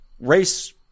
race